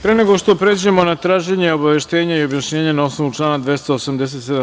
Pre nego što pređemo na traženje obaveštenja ili objašnjenja na osnovu člana 287.